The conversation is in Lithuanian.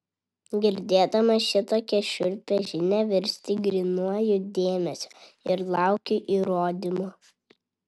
girdėdamas šitokią šiurpią žinią virsti grynuoju dėmesiu ir lauki įrodymų